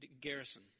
garrison